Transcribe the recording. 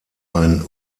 ein